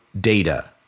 data